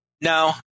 No